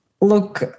look